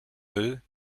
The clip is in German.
will